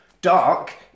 Dark